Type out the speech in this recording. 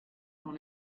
dans